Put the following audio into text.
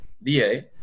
VA